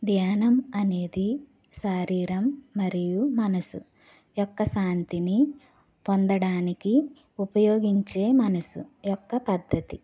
ధ్యానం అనేది శరీరం మరియు మనసు యొక్క శాంతిని పొందడానికి ఉపయోగించే మనసు యొక్క పద్ధతి